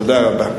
תודה רבה.